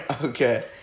Okay